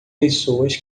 pessoas